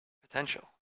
Potential